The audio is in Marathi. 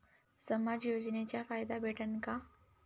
समाज योजनेचा फायदा भेटन का?